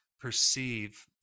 perceive